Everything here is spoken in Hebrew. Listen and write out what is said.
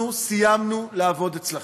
אנחנו סיימנו לעבוד אצלכם.